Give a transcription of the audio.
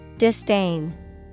Disdain